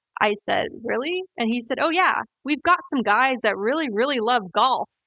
i said, really? and he said, oh yeah. we've got some guys that really, really love golf.